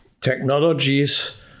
technologies